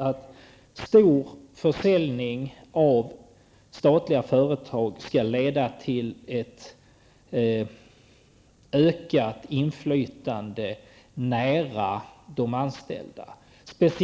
En omfattande försäljning av statliga företag skall alltså leda till ett ökat inflytande nära de anställda och